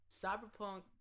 Cyberpunk